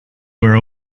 were